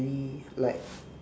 any like